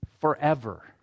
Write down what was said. forever